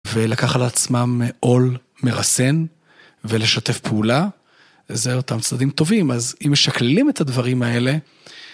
ולקח על עצמם עול מרסן ולשתף פעולה. וזה אותם צעדים טובים, אז אם משקלים את הדברים האלה...